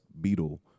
Beetle